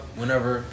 whenever